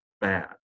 bad